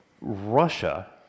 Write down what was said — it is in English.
Russia